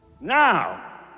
Now